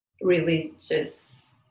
religious